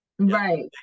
Right